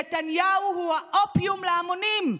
נתניהו הוא האופיום להמונים.